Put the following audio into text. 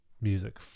music